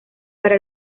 para